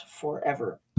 forever